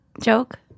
joke